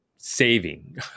saving